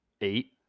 Eight